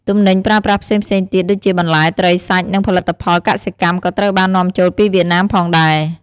ទំនិញប្រើប្រាស់ផ្សេងៗទៀតដូចជាបន្លែ ត្រី សាច់ និងផលិតផលកសិកម្មក៏ត្រូវបាននាំចូលពីវៀតណាមផងដែរ។